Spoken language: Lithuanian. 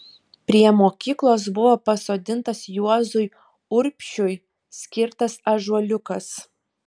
prie mokyklos buvo pasodintas juozui urbšiui skirtas ąžuoliukas